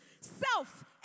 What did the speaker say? self